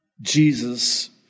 Jesus